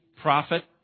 profit